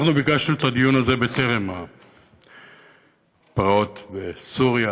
אנחנו ביקשנו את הדברים האלה בטרם הפרעות בסוריה,